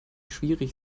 schwierig